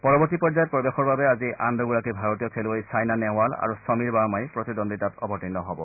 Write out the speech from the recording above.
পৰৱৰ্তী পৰ্যায়ত প্ৰৱেশৰ বাবে আজি আন দুগৰাকী ভাৰতীয় খেলুৱৈ ছাইনা নেহৱাল আৰু সমীৰ বাৰ্মাই প্ৰতিদ্বন্দ্বিতাত অৱতীৰ্ণ হব